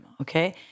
okay